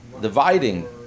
dividing